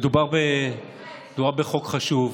מדובר בחוק חשוב,